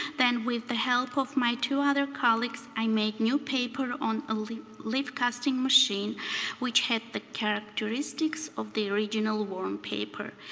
then with the help of my two other colleagues i made new paper on a lathe lathe casting machine which had the characteristics of the original warm paper.